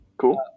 Cool